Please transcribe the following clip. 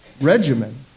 regimen